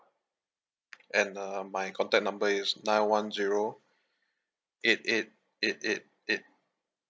and uh my contact number is nine one zero eight eight eight eight eight